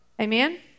Amen